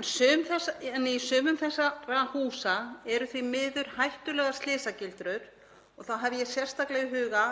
en í sumum þessara húsa eru því miður hættulegar slysagildrur. Þá hef ég sérstaklega í huga